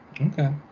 Okay